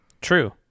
True